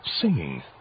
singing